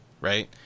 right